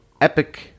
epic